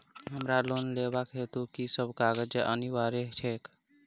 हमरा लोन लेबाक हेतु की सब कागजात अनिवार्य छैक?